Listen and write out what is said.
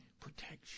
protection